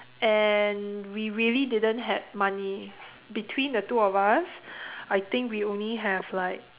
and we really didn't had money between the two of us I think we only have like